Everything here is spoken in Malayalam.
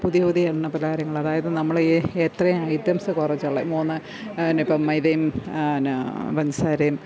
പുതിയ പുതിയ എണ്ണ പലഹാരങ്ങള് അതായത് നമ്മുടെ ഇ എ എത്ര ഐറ്റംസ് കുറച്ചുളെള മൂന്ന് പിന്നെ ഇപ്പോള് മൈദയും എന്ന പഞ്ചസാരയും